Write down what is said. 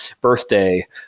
birthday